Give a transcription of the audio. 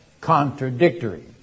contradictory